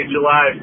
July